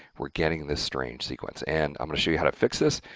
we're getting this strange sequence, and i'm going to show you how to fix this,